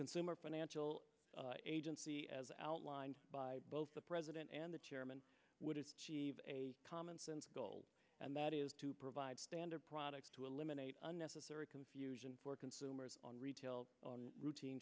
consumer financial agency as outlined by both the president and the chairman would have a commonsense goal and that is to provide standard products to eliminate unnecessary confusion for consumers on retail on routine